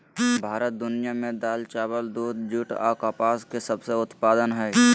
भारत दुनिया में दाल, चावल, दूध, जूट आ कपास के सबसे उत्पादन हइ